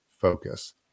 focus